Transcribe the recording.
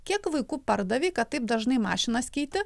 kiek vaikų pardavei kad taip dažnai mašinas keiti